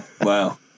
Wow